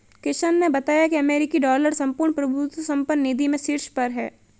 किशन ने बताया की अमेरिकी डॉलर संपूर्ण प्रभुत्व संपन्न निधि में शीर्ष पर है